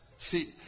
See